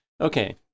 okay